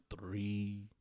three